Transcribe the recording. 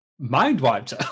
mind-wiped